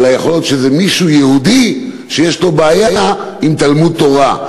אלא יכול להיות שזה מישהו יהודי שיש לו בעיה עם תלמוד-תורה,